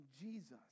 Jesus